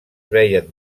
veien